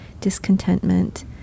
discontentment